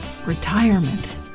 Retirement